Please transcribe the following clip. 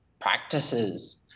practices